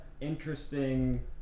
interesting